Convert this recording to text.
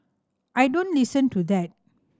I don't listen to that